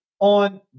on